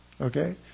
Okay